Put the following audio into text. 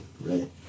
right